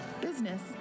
business